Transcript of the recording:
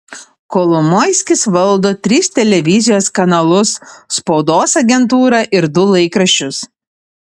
kolomoiskis valdo tris televizijos kanalus spaudos agentūrą ir du laikraščius